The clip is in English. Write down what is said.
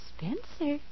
Spencer